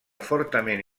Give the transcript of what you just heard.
fortament